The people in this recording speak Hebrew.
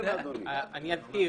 אני אזכיר.